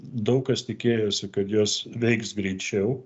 daug kas tikėjosi kad jos veiks greičiau